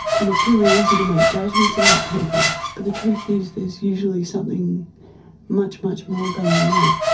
and it's really easy to make judgements about people but the truth is there's usually something much, much more going on,